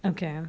okay